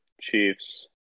Chiefs